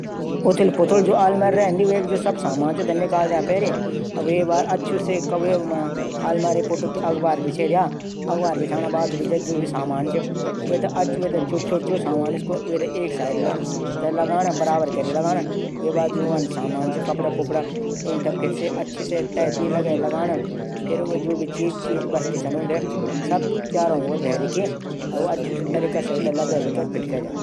मूल curry sauce बनाणू एक भाःडू मा तेल गर्म कैरी वेमा प्याज लहसुन अदरक डलन फिर हल्कू आंच मा पकाण जब तक प्याज नरम और भूरा ना ह्वे जालू। फिर करी पौडर नमक काली मिर्च पौडर मीलैकी एक से दो पकाण। फिर टमाटर पेस्ट मिलाई दूध मिलैकि आंच मा पकाण दस से पंद्रह मिनट तक।